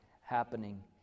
happening